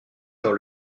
dans